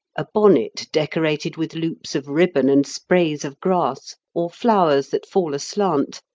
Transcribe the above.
a bonnet decorated with loops of ribbon and sprays of grass, or flowers that fall aslant,